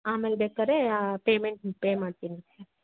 ಆಮೇಲೆ ಬೇಕಾದ್ರೆ ಆ ಪೆಮೆಂಟನ್ನ ಪೇ ಮಾಡ್ತೀನಿ ಸರ್